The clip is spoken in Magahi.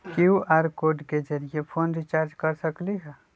कियु.आर कोड के जरिय फोन रिचार्ज कर सकली ह?